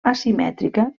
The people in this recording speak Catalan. asimètrica